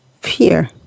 fear